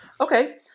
okay